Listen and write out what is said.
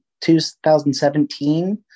2017